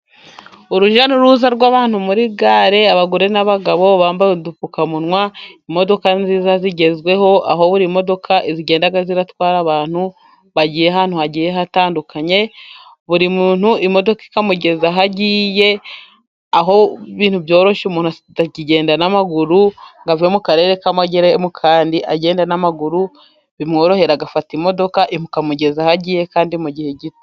Urujya n'uruza rw'abantu muri gare abagore n'abagabo bambaye udupfukamunwa, imodoka nziza zigezweho aho buri modoka zigenda zitwara abantu bagiye ahantu hagiye hatandukanye, buri muntu imodoka ikamugeza aho agiye, aho ibintu byoroshye umuntu atakigenda n'amaguru ngo ave mu karere kamwe ajye mu kandi agenda n'amaguru, bimworohera agafata imodoka ikamugeza aho agiye kandi mu gihe gito.